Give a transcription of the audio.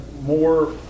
more